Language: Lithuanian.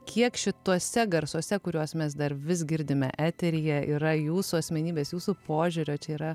kiek šituose garsuose kuriuos mes dar vis girdime eteryje yra jūsų asmenybės jūsų požiūrio čia yra